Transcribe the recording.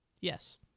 Yes